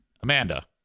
Amanda